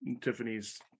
Tiffany's